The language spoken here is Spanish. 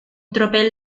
tropel